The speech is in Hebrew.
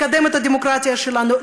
לקדם את הדמוקרטיה שלנו,